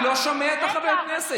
אבל זה לא הופיע על המסך.